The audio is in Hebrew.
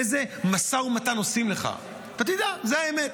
איזה משא ומתן עושים לך, אתה תדע, זאת האמת,